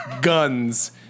guns